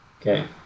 okay